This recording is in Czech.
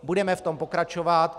Budeme v tom pokračovat.